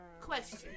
Question